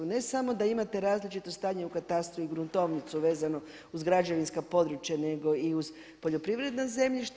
Ne samo da imate različito stanje u katastru i gruntovnicu vezano uz građevinska područja nego i uz poljoprivredna zemljišta.